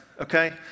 okay